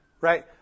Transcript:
right